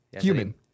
human